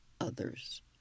others